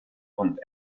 und